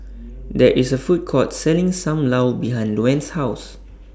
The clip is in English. There IS A Food Court Selling SAM Lau behind Luanne's House